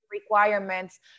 requirements